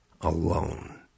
alone